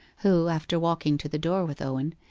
who, after walking to the door with owen,